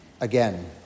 again